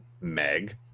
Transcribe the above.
Meg